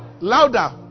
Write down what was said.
louder